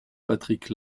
patrick